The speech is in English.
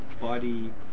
body